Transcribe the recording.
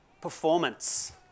performance